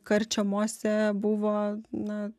karčiamose buvo na